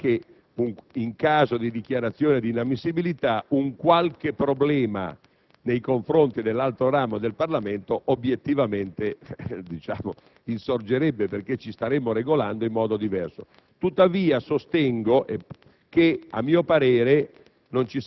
anche se non le sfuggirà che, in caso di dichiarazione di inammissibilità, un qualche problema nei confronti dell'altro ramo del Parlamento obiettivamente insorgerebbe, perché ci staremmo regolando in modo diverso. Tuttavia, sostengo